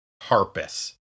Harpus